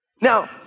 Now